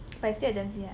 but I stay at Dempsey ah